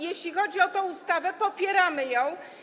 Jeśli chodzi o tę ustawę, popieramy ją.